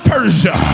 Persia